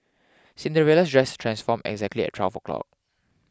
Cinderella's dress transformed exactly at twelve o' clock